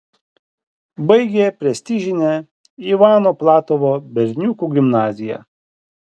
baigė prestižinę ivano platovo berniukų gimnaziją